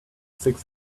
six